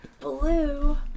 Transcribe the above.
Blue